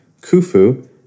Khufu